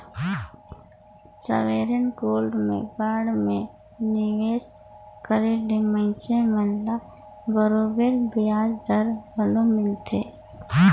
sovereign gold में bond में निवेस करे ले मइनसे मन ल बरोबेर बियाज दर घलो मिलथे